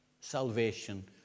salvation